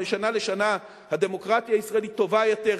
משנה לשנה הדמוקרטיה הישראלית טובה יותר,